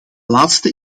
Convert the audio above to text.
laatste